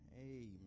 Amen